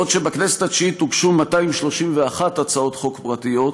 בעוד בכנסת התשיעית הוגשו 231 הצעות חוק פרטיות,